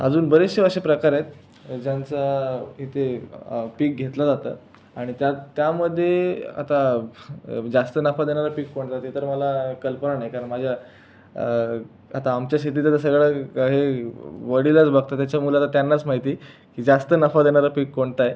अजून बरेचसे असे प्रकार आहेत ज्यांचा ते पीक घेतलं जातं आणि त्यात त्यामध्ये आता जास्त नफा देणारं पीक कोणतं ते तर मला कल्पना नाही कारण माझ्या आता आमच्या शेतीचं तर सगळं हे वडीलच बघतात त्याच्यामुळं आता त्यांनाच माहिती की जास्त नफा देणारं पीक कोणतं आहे